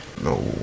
No